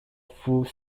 food